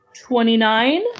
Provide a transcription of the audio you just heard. Twenty-nine